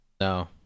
No